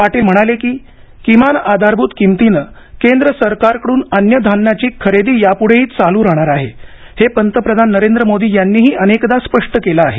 पाटील म्हणाले की किमान आधारभूत किमतीने केंद्र सरकारकडून अन्न धान्याची खरेदी यापुढेही चालू राहणार आहे हे पंतप्रधान नरेंद्र मोदी यांनीही अनेकदा स्पष्ट केले आहे